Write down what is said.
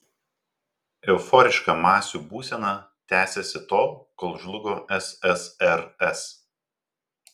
euforiška masių būsena tęsėsi tol kol žlugo ssrs